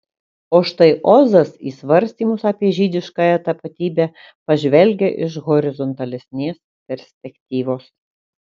o štai ozas į svarstymus apie žydiškąją tapatybę pažvelgia iš horizontalesnės perspektyvos